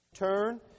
turn